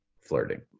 flirting